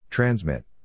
Transmit